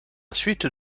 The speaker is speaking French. suite